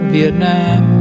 Vietnam